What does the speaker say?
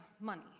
money